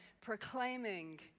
proclaiming